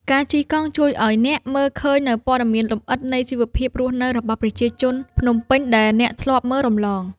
ការជិះកង់ជួយឱ្យអ្នកមើលឃើញនូវព័ត៌មានលម្អិតនៃជីវភាពរស់នៅរបស់ប្រជាជនភ្នំពេញដែលអ្នកធ្លាប់មើលរំលង។